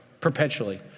perpetually